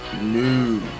new